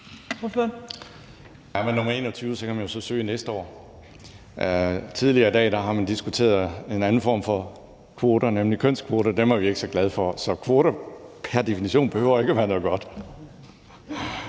nr. 21, kan man så ansøge om det næste år. Tidligere i dag har man diskuteret en anden form for kvoter, nemlig kønskvoter, og dem er vi ikke så glade for, så kvoter behøver pr. definition ikke at være noget godt.